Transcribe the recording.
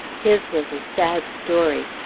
his was a sad story.